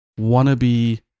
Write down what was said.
wannabe